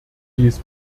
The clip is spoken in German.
dies